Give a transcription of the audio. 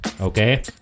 okay